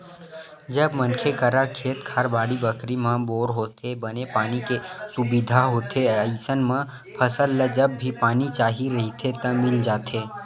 जब मनखे करा खेत खार, बाड़ी बखरी म बोर होथे, बने पानी के सुबिधा होथे अइसन म फसल ल जब भी पानी चाही रहिथे त मिल जाथे